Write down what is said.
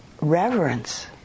reverence